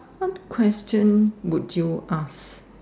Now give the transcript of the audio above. what question would you ask